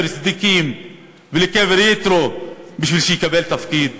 צדיקים ולקבר יתרו בשביל שיקבל תפקיד?